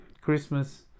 Christmas